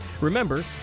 Remember